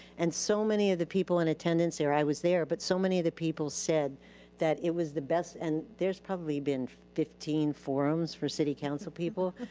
and so many of the people in attendance there, i was there, but so many of the people said that it was the best. and there's probably been fifteen forums for city council people.